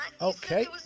Okay